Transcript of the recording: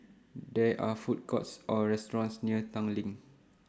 There Are Food Courts Or restaurants near Tanglin